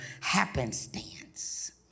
happenstance